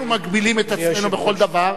אנחנו מגבילים את עצמנו בכל דבר,